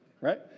right